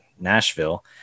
Nashville